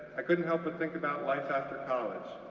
i couldn't help but think about life after college,